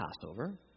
Passover